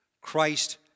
Christ